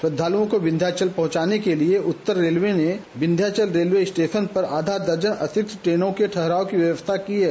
श्रद्धालुओं को विन्ध्याचल पहुंचाने के लिये के उत्तर रेलवे ने विन्ध्याचल रेलवे रूटेशन पर आधा दर्जन अतिरिक्त टेनों के ठहराव की व्यवस्था की है